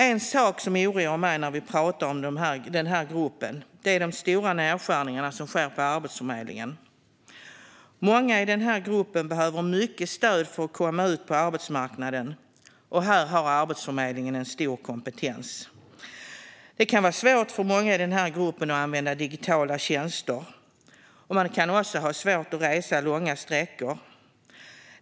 En sak som oroar mig när vi pratar om den här gruppen är de stora nedskärningar som sker på Arbetsförmedlingen. Många i den här gruppen behöver mycket stöd för att komma ut på arbetsmarknaden, och här har Arbetsförmedlingen stor kompetens. Det kan vara svårt för många att använda digitala tjänster, och man kan också ha svårt att resa långa sträckor.